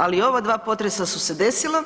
Ali ova dva potresa su se desila,